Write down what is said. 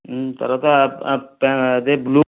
తర్వాత అ ప అదే బ్లూ